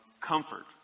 comfort